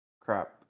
Crap